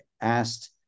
asked